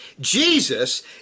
Jesus